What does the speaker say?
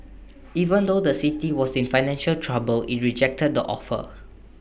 even though the city was in financial trouble IT rejected the offer